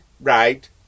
Right